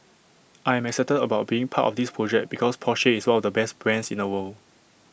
I am excited about being part of this project because Porsche is one of the best brands in the world